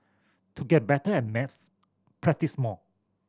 to get better at maths practise more